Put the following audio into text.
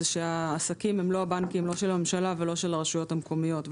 שהעסקים הם לא הבנקים של הממשלה או של הרשויות המקומיות,